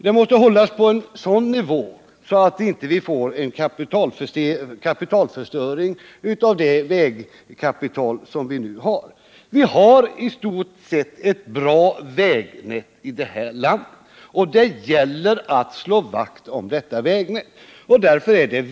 Det måste hållas på en sådan nivå att vi inte får en kapitalförstöring när det gäller det vägkapital som vi nu har. I stort sett har vi ett bra vägnät i vårt land, och det gäller att slå vakt om detta vägnät.